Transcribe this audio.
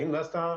האם נעשתה